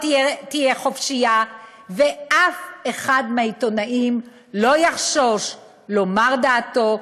תהיה חופשית ואף אחד מהעיתונאים לא יחשוש לומר דעתו,